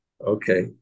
Okay